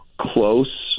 close